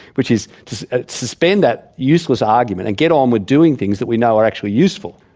which is to suspend that useless argument and get on with doing things that we know are actually useful.